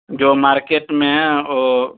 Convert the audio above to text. جو مارکیٹ میں ہیں وہ